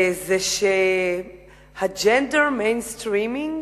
זה שה-gender mainstreaming,